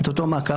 את אותו מעקב.